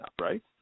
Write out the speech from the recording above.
right